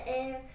air